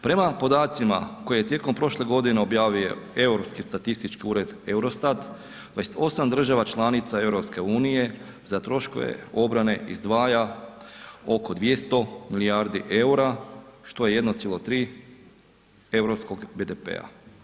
Prema podacima koje je tijekom prošle godine objavio Europski statistički ured Eurostat, 28 država članica EU za troškove obrane izdvaja oko 200 milijardi EUR-a, što je 1,3 europskog BDP-a.